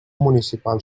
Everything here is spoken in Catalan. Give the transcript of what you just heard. municipal